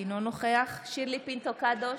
אינו נוכח שירלי פינטו קדוש,